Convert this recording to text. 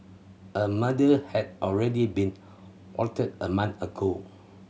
a murder had already been plotted a month ago